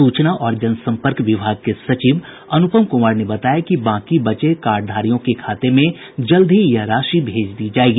सूचना और जन सम्पर्क विभाग के सचिव अनुपम कुमार ने बताया कि बांकी बचे कार्डधारियों के खाते में जल्द ही यह राशि भेज दी जायेगी